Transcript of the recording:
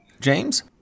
James